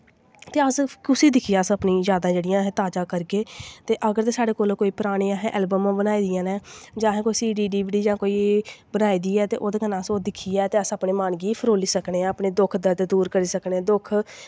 ते कुसी दिक्खियै अस अपनी यादां जेह्ड़ियां अस ते जाद करगे ते अगर ते असें कोई परानी ऐलवमां बनाई दियां न जां C D D V D बनाई दी ऐ ते ओह्दे कन्नै अस ओह् दिक्खियै अस अपने मन गी फरोल्ली सकने आं अस अपने दुख दर्द दूर करी सकने आं दुख फरोल्ली